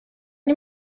nie